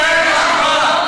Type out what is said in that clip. אני אצא לבד.